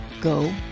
go